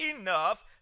enough